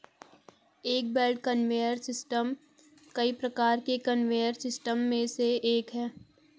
एक belt conveyor system कई प्रकार के कन्वेयर सिस्टम में से एक है